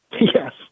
Yes